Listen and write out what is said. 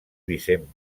vicent